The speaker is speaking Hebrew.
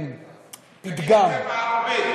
תגיד את זה בערבית.